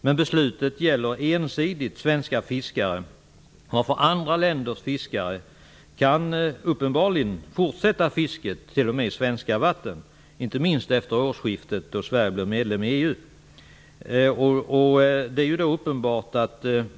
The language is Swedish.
Men beslutet gäller ensidigt svenska fiskare. Andra länders fiskare kan uppenbarligen fortsätta fisket t.o.m. i svenska vatten, inte minst efter årsskiftet då Sverige blir medlem i EU.